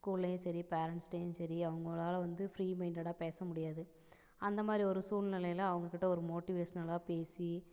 ஸ்கூல்லேயும் சரி பேரண்ட்ஸ்டேயும் சரி அவங்களால வந்து ஃப்ரீ மைண்ட்டடாக பேச முடியாது அந்தமாதிரி ஒரு சூழ்நிலையில் அவங்கக்கிட்ட ஒரு மோட்டிவேஷ்னலா பேசி